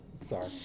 Sorry